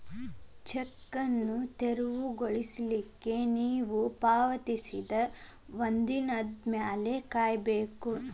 check ಅನ್ನು ತೆರವುಗೊಳಿಸ್ಲಿಕ್ಕೆ ನೇವು ಪಾವತಿಸಿದ ಒಂದಿನದ್ ಮ್ಯಾಲೆ ಕಾಯಬೇಕು